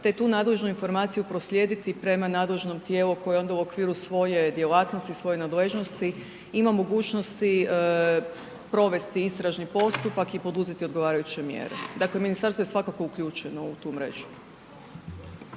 te tu nadležnu informaciju proslijediti prema nadležnom tijelu koje onda u okviru svoje djelatnosti, svoje nadležnosti ima mogućnosti provesti istražni postupak i poduzeti odgovarajuće mjere. Dakle ministarstvo je svakako uključenu u tu mrežu.